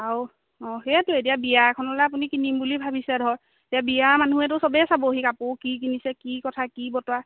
আৰু অঁ সেইটো এতিয়া বিয়া এখনলৈ আপুনি কিনিম বুলি ভাবিছে ধৰ এতিয়া বিয়া মানুহেতো চবেই চাব কি কাপোৰ কি কিনিছে কি কথা কি বতৰা